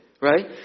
right